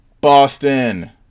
Boston